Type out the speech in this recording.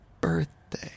birthday